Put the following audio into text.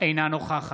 אינו נוכח